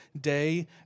day